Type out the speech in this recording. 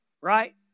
right